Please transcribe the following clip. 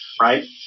right